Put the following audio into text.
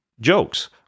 Jokes